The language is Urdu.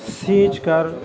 سینچ کر